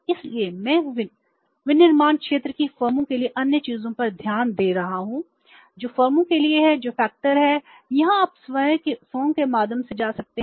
इसलिए मैं विनिर्माण क्षेत्र की फर्मों के लिए अन्य चीजों पर ध्यान दे रहा हूं जो फर्मों के लिए हैं जो फैक्टर हैं यहां आप स्वयं के माध्यम से जा सकते हैं